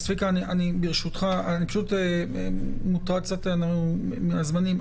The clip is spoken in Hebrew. צביקה, אני מוטרד מהזמנים.